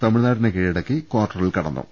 തമിഴ്നാടിനെ കീഴ ടക്കി കാർട്ടറിൽ കടന്നു